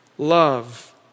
Love